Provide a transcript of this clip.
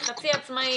היא חצי עצמאית,